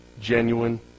Genuine